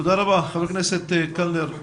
תודה רבה חבר הכנסת קלנר.